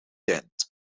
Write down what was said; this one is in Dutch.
tent